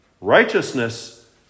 Righteousness